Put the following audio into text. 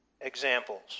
examples